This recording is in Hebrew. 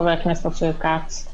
חבר הכנסת אופיר כץ,